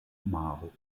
maro